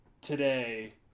today